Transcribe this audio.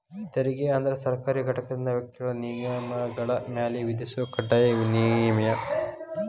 ತೆರಿಗೆ ಅಂದ್ರ ಸರ್ಕಾರಿ ಘಟಕದಿಂದ ವ್ಯಕ್ತಿಗಳ ನಿಗಮಗಳ ಮ್ಯಾಲೆ ವಿಧಿಸೊ ಕಡ್ಡಾಯ ನಿಯಮ